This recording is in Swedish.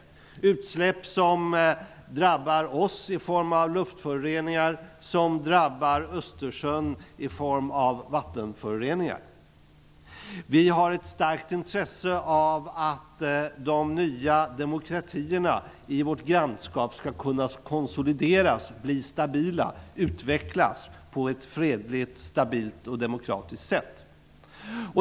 Det är utsläpp som drabbar oss i form av luftföroreningar och Östersjön i form av vattenföroreningar. Vi har ett starkt intresse av att de nya demokratierna i vårt grannskap skall kunna konsolideras, bli stabila och utvecklas på ett fredligt, stabilt och demokratiskt sätt.